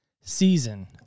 season